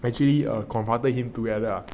actually err confronted him together ah